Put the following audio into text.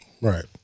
Right